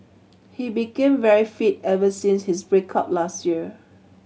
he became very fit ever since his break up last year